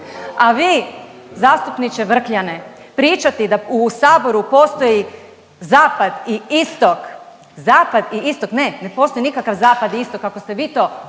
A vi, zastupniče Vrkljane, pričati da u Saboru postoji zapad i istok. Zapad i istok? Ne, ne postoji nikakav zapad i istok, kako ste vi to